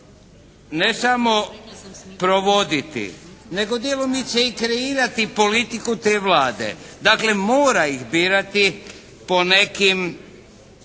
ne samo provoditi, nego djelomice i kreirati politiku te Vlade. Dakle mora ih birati po nekim